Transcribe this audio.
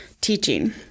teaching